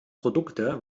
produkte